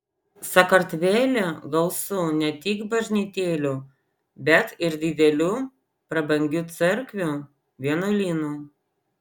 sakartvele gausu ne tik bažnytėlių bet ir didelių prabangių cerkvių vienuolynų